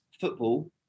football